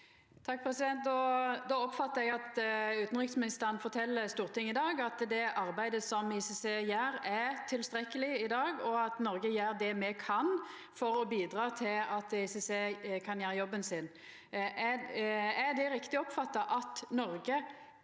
(SV) Då oppfattar eg at utanriksministeren fortel Stortinget i dag at det arbeidet ICC gjer, er tilstrekkeleg i dag, og at Noreg gjer det me kan for å bidra til at ICC kan gjera jobben sin. Er det riktig oppfatta at Noreg